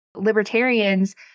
libertarians